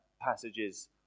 passages